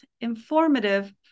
Informative